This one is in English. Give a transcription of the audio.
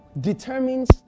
determines